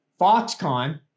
Foxconn